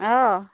অঁ